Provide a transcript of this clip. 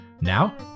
Now